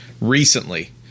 recently